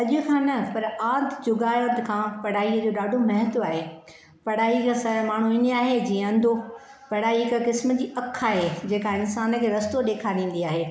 अॼ खां न पर आदि जुगादि खां पढ़ाआ जो ॾाढो महत्व आहे पढ़ाई जे सिवा माण्हू ईअं आहे जीअं अंधो पढ़ाई हिक क़िस्म जी अखु आहे जेका इंसान खे रस्तो ॾेखारींदी आहे